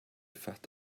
fat